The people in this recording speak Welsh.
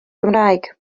cymraeg